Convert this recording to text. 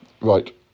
right